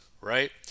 right